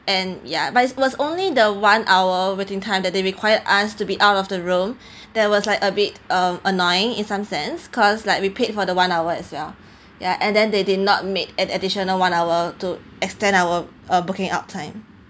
and ya but it was only the one hour waiting time that they required us to be out of the room there was like a bit uh annoying in some sense cause like we paid for the one hour as well ya and then they did not made an additional one hour to extend our uh booking up time